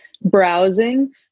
browsing